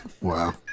Wow